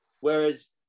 Whereas